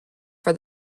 for